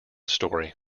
story